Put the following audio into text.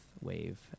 wave